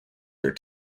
their